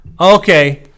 Okay